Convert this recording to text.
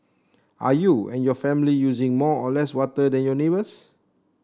are you and your family using more or less water than your neighbours